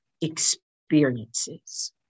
experiences